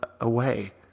away